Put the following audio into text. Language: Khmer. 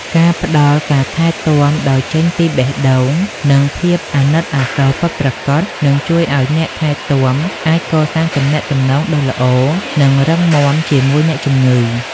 ការផ្ដល់ការថែទាំដោយចេញពីបេះដូង និងភាពអាណិតអាសូរពិតប្រាកដ នឹងជួយឱ្យអ្នកថែទាំអាចកសាងទំនាក់ទំនងដ៏ល្អ និងរឹងមាំជាមួយអ្នកជំងឺ។